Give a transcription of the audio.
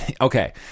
Okay